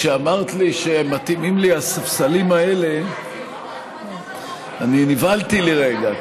כשאמרת לי שמתאימים לי הספסלים האלה נבהלתי לרגע,